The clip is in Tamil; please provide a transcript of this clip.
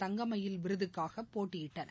தங்கமயில் விருதுக்காகபோட்டியிட்டன